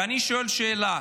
ואני שואל שאלה,